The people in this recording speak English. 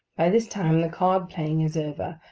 by this time the card-playing is over,